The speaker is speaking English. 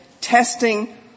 testing